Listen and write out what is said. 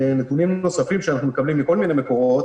נתונים נוספים שאנחנו מקבלים מכל מיני מקורות,